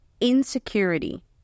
Insecurity